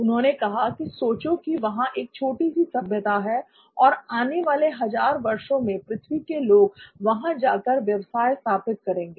उन्होंने कहा कि सोचो कि वहां एक छोटी सी सभ्यता है और आने वाले हजार वर्षों में पृथ्वी के लोग वहां जाकर व्यवसाय स्थापित करने लगे